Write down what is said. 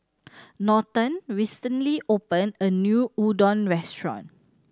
Norton recently opened a new Udon restaurant